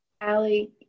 allie